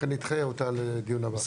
לכן נדחה אותה לדיון הבא.